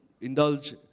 indulge